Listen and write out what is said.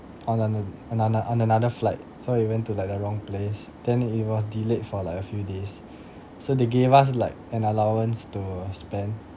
on another on on another flight so it went to like the wrong place then it was delayed for like a few days so they gave us like an allowance to spend